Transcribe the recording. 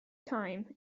time